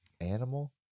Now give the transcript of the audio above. animal